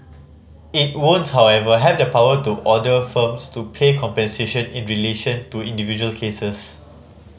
it won't however have the power to order firms to pay compensation in relation to individual cases